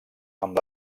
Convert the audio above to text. amb